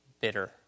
bitter